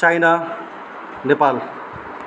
China Nepal